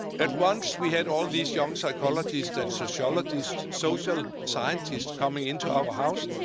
at once we had all these young psychologists and sociologists, social scientists coming into our house,